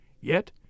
Yet